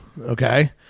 Okay